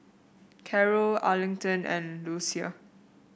Carrol Arlington and Lucia